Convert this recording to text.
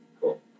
Cool